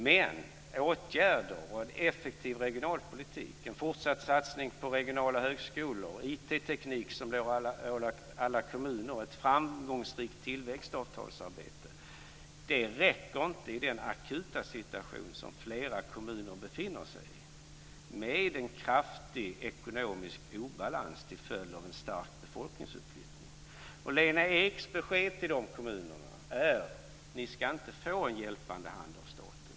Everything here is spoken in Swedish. Men åtgärder, en effektiv regionalpolitik, en fortsatt satsning på regionala högskolor, IT som har ålagts alla kommuner och ett framgångsrikt tillväxtavtalsarbete räcker inte i den akuta situation som flera kommuner befinner sig i med en kraftig ekonomisk obalans till följd av en stark befolkningsutflyttning. Lena Eks besked till dessa kommuner är: Ni ska inte få en hjälpande hand av staten.